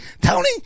Tony